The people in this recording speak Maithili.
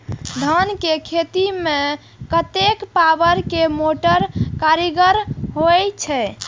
धान के खेती में कतेक पावर के मोटर कारगर होई छै?